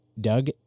Doug